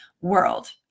world